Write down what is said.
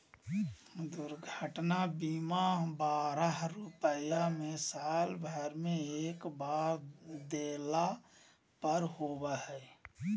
दुर्घटना बीमा बारह रुपया में साल भर में एक बार देला पर होबो हइ